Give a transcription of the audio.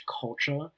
culture